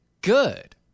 good